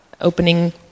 opening